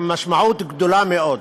עם משמעות גדולה מאוד.